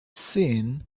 seen